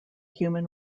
human